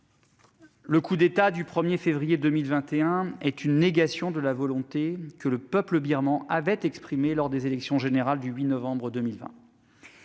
le coup d'État, qui fut une négation de la volonté que le peuple birman avait exprimée lors des élections générales du 8 novembre 2020,